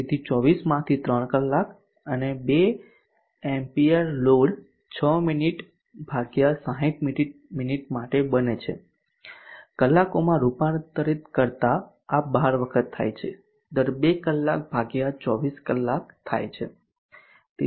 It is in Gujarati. તેથી 24 માંથી 3 કલાક અને 3 એમ્પીયર લોડ 6 મિનિટ ભાગ્યા 60 મિનિટ માટે બને છે કલાકોમાં રૂપાંતરિત કરતા આ 12 વખત થાય છે દર 2 કલાક ભાગ્યા 24 કલાક થાય છે